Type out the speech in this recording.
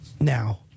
now